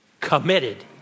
Committed